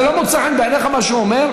זה לא מוצא חן בעיניך מה שהוא אומר,